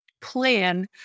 Plan